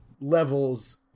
levels